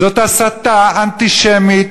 זאת הסתה אנטישמית